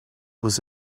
was